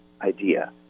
idea